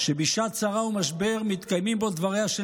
שבשעת צרה ומשבר מתקיימים בו דבריה של